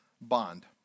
bond